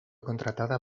contratada